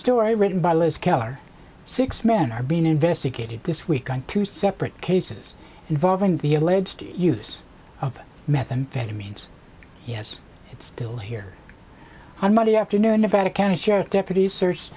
story written by liz keller six men are being investigated this week on two separate cases involving the alleged use of methamphetamines yes it's still here on monday afternoon nevada county sheriff's deputies searche